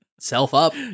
self-up